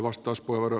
arvoisa puhemies